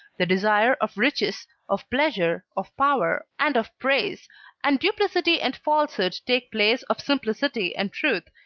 the desire of riches, of pleasure, of power, and of praise and duplicity and falsehood take place of simplicity and truth,